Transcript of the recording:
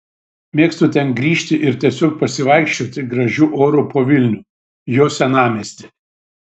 mėgstu ten grįžti ir tiesiog pasivaikščioti gražiu oru po vilnių jo senamiestį